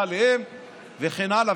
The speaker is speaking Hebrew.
אתה עליהם וכן הלאה,